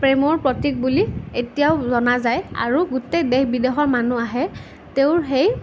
প্ৰেমৰ প্ৰতীক বুলি এতিয়াও জনা যায় আৰু গোটেই দেশ বিদেশৰ মানুহ আহে তেওঁৰ সেই